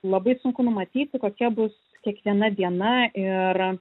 labai sunku numatyti kokia bus kiekviena diena ir